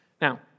Now